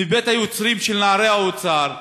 מבית היוצר של נערי האוצר,